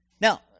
Now